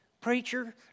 Preacher